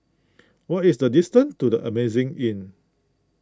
what is the distance to the Amazing Inn